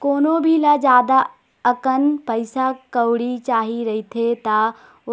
कोनो भी ल जादा अकन पइसा कउड़ी चाही रहिथे त